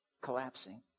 collapsing